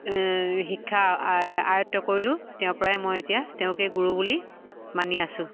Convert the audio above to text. শিক্ষা আয়ত্ব কৰিলোঁ তেওঁৰ পৰাই মই এতিয়া তেওঁকে গুৰু বুলি মানি আছোঁ